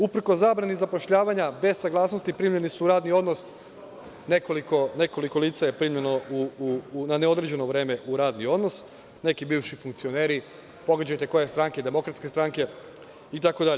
Uprkos zabrani zapošljavanja, bez saglasnosti, primljeni su u radni odnos, nekoliko lica je primljeno na neodređeno vreme, neki bivši funkcioneri, pogađajte koje stranke, DS itd.